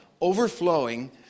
overflowing